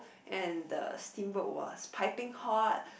and the steamboat was piping hot